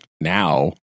now